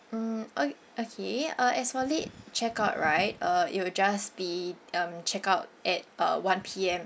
mm o~ okay uh as for late check out right uh it will just be um check out at uh one P_M